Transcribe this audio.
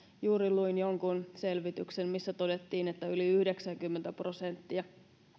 juuri luin jonkun selvityksen missä todettiin että yli yhdeksänkymmentä prosenttia